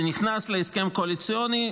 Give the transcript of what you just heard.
זה נכנס להסכם קואליציוני.